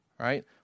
right